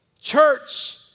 Church